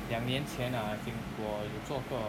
两年前 ah 我有做过